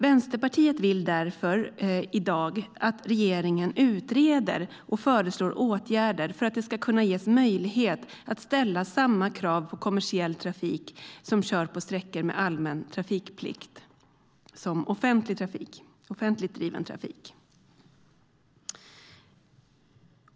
Vänsterpartiet vill därför i dag att regeringen utreder och föreslår åtgärder för att man ska ha möjlighet att ställa samma krav på kommersiell trafik på sträckor med allmän trafikplikt som man gör på offentligt driven trafik.